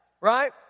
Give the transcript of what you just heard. right